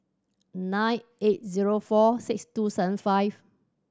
nine eight zero four six two seven five